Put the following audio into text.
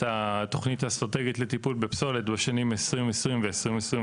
התוכנית האסטרטגית לטיפול בפסולת בשנים 2020 ו-2021,